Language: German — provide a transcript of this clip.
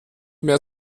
mehr